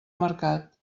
mercat